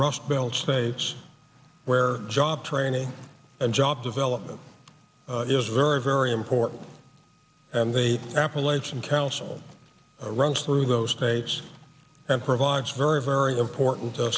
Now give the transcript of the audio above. rust belt states where job training and job development is very very important and they appalachian council runs through those states and provides very very important